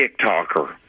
TikToker